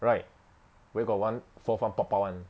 right where got one fourth one pop out [one]